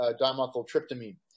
dimethyltryptamine